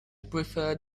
prefer